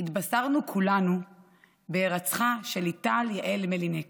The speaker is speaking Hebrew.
התבשרנו כולנו על הירצחה של ליטל יעל מלניק,